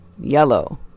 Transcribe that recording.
yellow